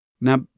Now